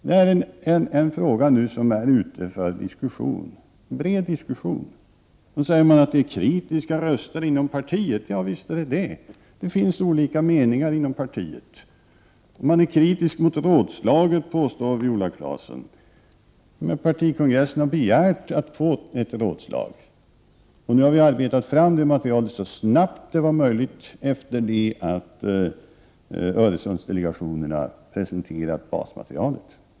När nu frågan är ute för bred diskussion sägs det att det finns kritiska röster inom partiet. Visst finns det sådana. Det finns olika meningar inom partiet. Man är kritisk mot rådslaget, påstår Viola Claesson. Men partikongressen har begärt att få ett rådslag. Vi har arbetat fram det materialet så snabbt som det var möjligt efter det att Öresundsdelegationen hade presenterat basmaterialet.